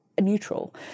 Neutral